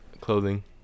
Clothing